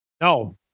No